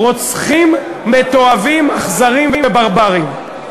רוצחים מתועבים, אכזרים וברבריים.